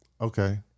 Okay